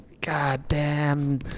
Goddamn